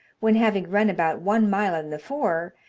when having run about one mile in the four,